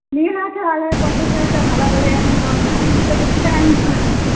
ᱱᱤᱭᱟᱹ ᱞᱟᱦᱟᱛᱮ ᱟᱞᱮ ᱯᱚᱧᱪᱟᱥ ᱴᱟᱠᱟ ᱠᱟᱛᱮ ᱵᱷᱟᱲᱟ ᱵᱟᱝᱞᱮ ᱮᱢ ᱵᱟᱲᱟᱣ ᱠᱟᱜᱼᱟ ᱱᱤᱛᱳᱜ ᱫᱚ ᱪᱮᱫᱟᱜ ᱮᱢ ᱦᱩᱭᱩᱜᱼᱟ